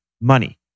money